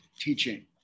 teaching